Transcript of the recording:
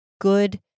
good